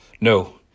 No